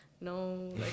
no